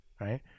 right